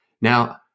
Now